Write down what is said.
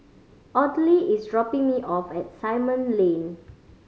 Audley is dropping me off at Simon Lane